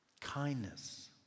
kindness